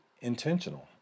intentional